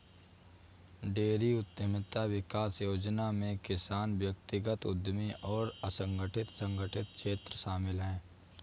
dairy उद्यमिता विकास योजना में किसान व्यक्तिगत उद्यमी और असंगठित संगठित क्षेत्र शामिल है